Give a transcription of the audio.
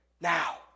now